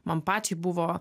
man pačiai buvo